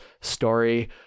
story